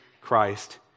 Christ